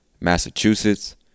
Massachusetts